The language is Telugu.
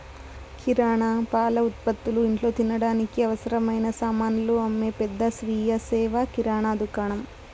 కిరణా, పాల ఉత్పతులు, ఇంట్లో తినడానికి అవసరమైన సామానులు అమ్మే పెద్ద స్వీయ సేవ కిరణా దుకాణం